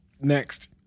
Next